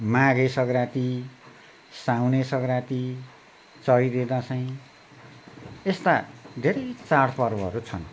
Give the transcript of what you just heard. माघे सङ्क्रान्ति साउने सङ्क्रान्ति चैते दसैँ यस्ता धेरै चाडपर्वहरू छन्